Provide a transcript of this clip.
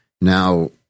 Now